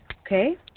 Okay